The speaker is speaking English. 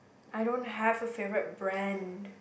I don't have a favourite brand